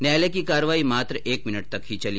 न्यायालय की कार्यवाही मात्र एक मिनट तक ही चली